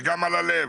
וגם על הלב,